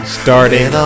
starting